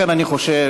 לכן, אני חושב,